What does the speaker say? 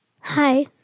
Hi